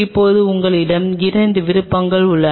இப்போது உங்களிடம் இரண்டு விருப்பங்கள் உள்ளன